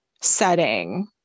setting